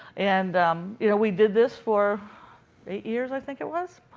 and you know we did this for eight years i think it was.